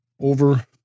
over